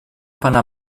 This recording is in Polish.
pana